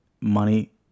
money